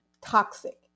toxic